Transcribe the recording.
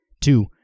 Two